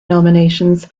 nominations